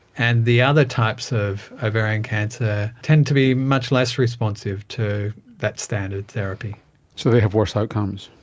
and the other types of ovarian cancer tend to be much less responsive to that standard therapy so they have worse outcomes?